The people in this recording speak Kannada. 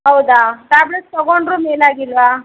ಹೌದಾ ಟ್ಯಾಬ್ಲೆಟ್ಸ್ ತೊಗೊಂಡ್ರೂ ಏನೂ ಆಗಿಲ್ಲವಾ